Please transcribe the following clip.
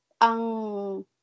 ang